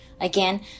Again